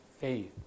faith